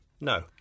No